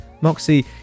Moxie